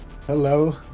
Hello